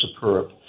superb